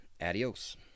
Adios